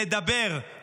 לדבר,